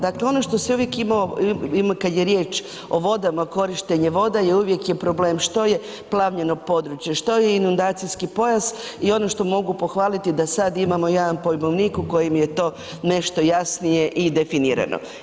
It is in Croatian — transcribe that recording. Dakle ono što si uvijek imao kad je riječ o vodama, o korištenju voda i uvijek je problem što je plavljeno područje, što je inundacijski pojas i ono što mogu pohvaliti da samo jedan pojmovnik u kojem je ti nešto jasnije i definirano.